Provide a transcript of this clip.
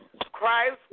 Christ